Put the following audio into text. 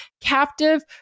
captive